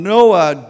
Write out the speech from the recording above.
Noah